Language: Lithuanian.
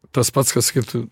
tas pats kas skytų